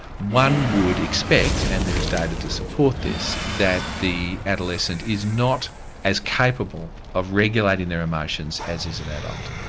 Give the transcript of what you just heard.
one would expect and there is data to support this that the adolescent is not as capable of regulating their emotions as is an adult.